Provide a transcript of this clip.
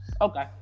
Okay